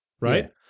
right